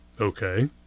Okay